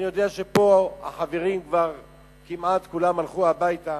אני יודע שפה החברים כבר כמעט כולם הלכו הביתה,